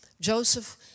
Joseph